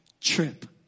trip